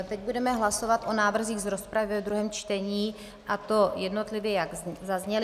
Teď budeme hlasovat o návrzích z rozpravy ve druhém čtení, a to jednotlivě, jak zazněly.